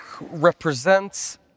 represents